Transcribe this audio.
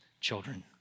children